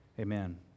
Amen